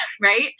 Right